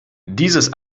dieses